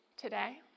today